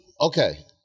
okay